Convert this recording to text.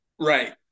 Right